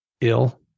ill